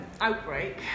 outbreak